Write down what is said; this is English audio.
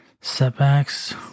setbacks